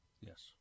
Yes